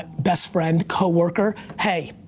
best friend, coworker, hey,